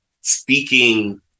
speaking